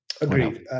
Agreed